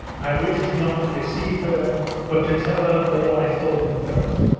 i wished not to deceive her but to tell her all i thought and felt.